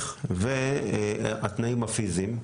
אותי והתנאים הפיזיים.